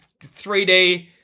3D